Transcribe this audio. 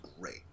great